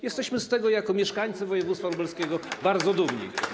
Jesteśmy z tego jako mieszkańcy województwa lubelskiego bardzo dumni.